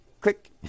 click